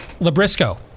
Labrisco